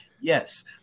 Yes